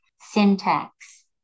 syntax